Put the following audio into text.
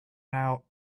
out